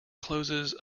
closes